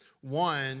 One